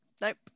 Nope